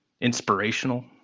Inspirational